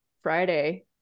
Friday